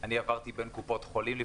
לפני מספר חודשים עברתי בין קופות חולים.